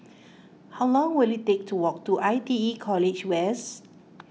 how long will it take to walk to I T E College West